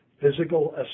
physical